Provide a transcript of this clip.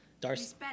Darcy